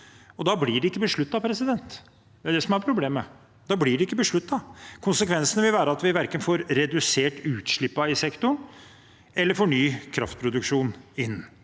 og da blir det ikke besluttet. Det er det som er problemet. Da blir det ikke besluttet. Konsekvensen vil være at vi verken får redusert utslippene i sektoren eller får ny kraftproduksjon inn